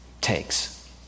takes